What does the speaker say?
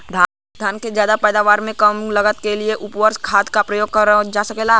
धान क ज्यादा पैदावार के लिए कम लागत में कितना उर्वरक खाद प्रयोग करल जा सकेला?